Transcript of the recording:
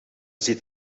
zit